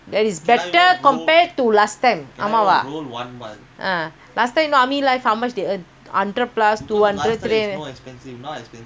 last time you know army life how much they earn hundred plus two hundred ten same lah not much difference now they give you two seventy seven is very good